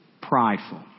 prideful